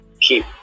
keep